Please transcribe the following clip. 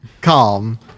calm